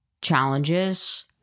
challenges